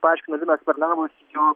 paaiškino linas pernavas jo